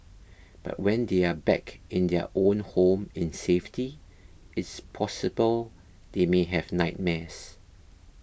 but when they are back in their own home in safety it's possible they may have nightmares